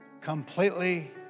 completely